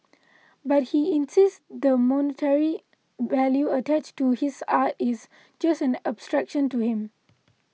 but he insists the monetary value attached to his art is just an abstraction to him